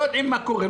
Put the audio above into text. לא יודעים מה קורה.